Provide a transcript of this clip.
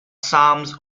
sums